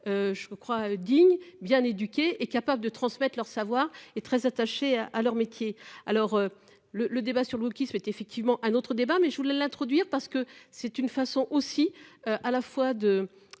Je crois digne bien éduquées et capables de transmettre leur savoir et très attachés à leur métier. Alors le le débat sur l'autre qui souhaite effectivement un autre débat, mais je voulais l'introduire, parce que c'est une façon aussi à la fois de